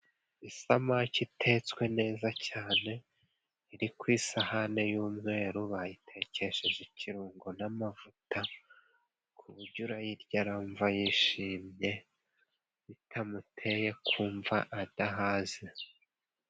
Isamaki itetswe neza cyane, iri ku isahane y'umweru. Bayitekesheje ikirungo n'amavuta ku buryo urayirya arumva yishimye bitamuteye kumva adahaze.